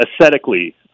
aesthetically